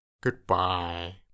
Goodbye